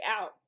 out